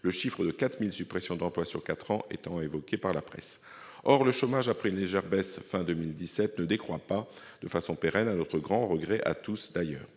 le chiffre de 4 000 suppressions d'emplois sur quatre ans étant évoqué par la presse. Or le chômage, après une légère baisse à la fin de l'année 2017, ne décroît pas de façon pérenne, à notre grand regret à tous.